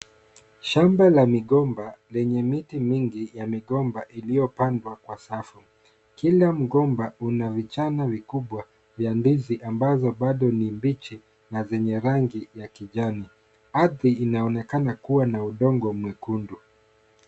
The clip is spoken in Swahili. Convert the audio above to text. Shamba la migomba lenye miti mingi ya migomba iliyopangwa kwa safu. Kila migomba una vichana vikubwa ya ndizi ambayo ni mbichi za zenye rangi ya kijani. Ardhi inaonekana ni ya rangi nyekundu.